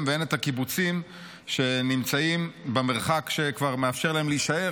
והן את הקיבוצים שנמצאים במרחק שכבר מאפשר להם להישאר,